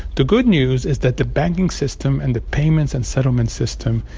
the good news is that the banking system and the payments and settlement system,